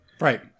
Right